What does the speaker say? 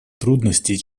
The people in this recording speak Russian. трудности